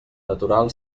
natural